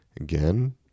Again